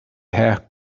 her